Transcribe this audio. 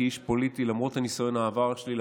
למרות ניסיון העבר שלי,